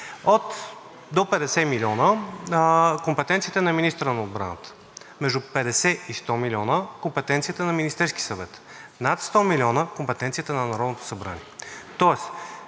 До 50 милиона – компетенцията е на министъра на отбраната, между 50 и 100 милиона – компетенцията е на Министерския съвет, над 100 милиона – компетенцията е на Народното събрание. Тоест